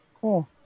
Cool